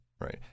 Right